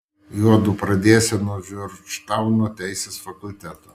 juodu pradėsią nuo džordžtauno teisės fakulteto